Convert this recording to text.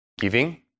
giving